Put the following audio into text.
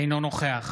אינו נוכח